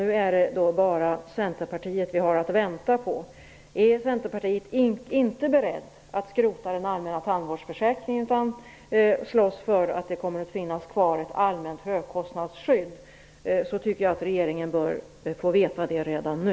Nu är det alltså bara Centerpartiet vi har att vänta på. Om Centerpartiet inte är berett att skrota den allmänna tandvårdsförsäkringen, utan vill slåss för att ett allmänt högkostnadsskydd kommer att finnas kvar så tycker jag att regeringen bör få veta det redan nu.